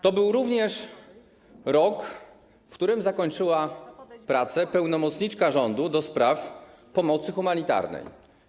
To był również rok, w którym zakończyła pracę pełnomocniczka rządu do spraw pomocy humanitarnej.